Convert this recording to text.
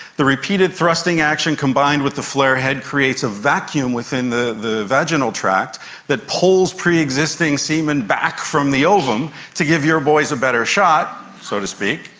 the repeated thrusting action combined with the flared head creates a vacuum within the the vaginal tract that pulls pre-existing semen back from the ovum to give your boys are better shot, so to speak.